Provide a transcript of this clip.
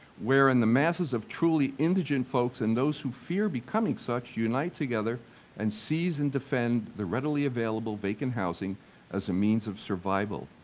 wherein the masses of truly indigent folks and those who fear becoming such unite together and cease and defend the readily available vacant housing as a means of survival,